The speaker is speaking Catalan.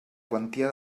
quantia